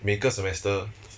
每个 semester